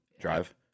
drive